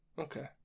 Okay